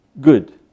good